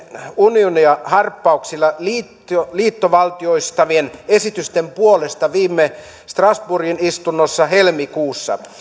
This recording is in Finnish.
unionia harppauksilla liittovaltioistavien esitysten puolesta viime strasbourgin istunnossa helmikuussa